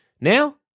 Now